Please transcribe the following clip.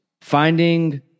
Finding